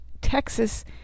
Texas